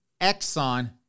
Exxon